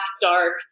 dark